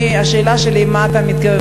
השאלה שלי היא מה עשית,